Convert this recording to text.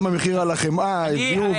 גם במחיר החמאה עיגלו,